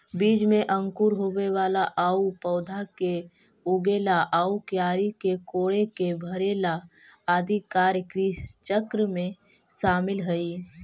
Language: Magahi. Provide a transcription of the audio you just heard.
बीज में अंकुर होवेला आउ पौधा के उगेला आउ क्यारी के कोड़के भरेला आदि कार्य कृषिचक्र में शामिल हइ